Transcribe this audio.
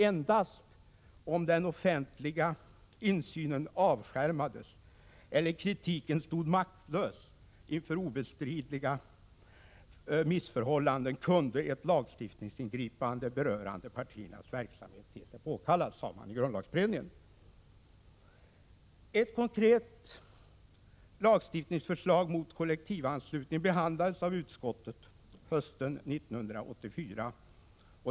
Endast om den offentliga insynen avskärmades eller kritiken stod maktlös inför obestridliga missförhållanden Prot. 1986/87:46 kunde ett lagstiftningsingripande berörande partiernas verksamhet te sig 10 december 1986 påkallat. Er fr RS AN ESS Ett konkret lagstiftningsförslag mot kollektivanslutning behandlades av utskottet hösten 1984.